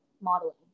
modeling